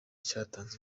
cyatanze